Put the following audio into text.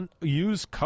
use